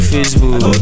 Facebook